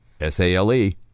S-A-L-E